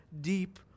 deep